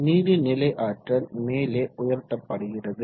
நீரின் நிலை ஆற்றல் மேலே உயர்த்தப்படுகிறது